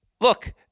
Look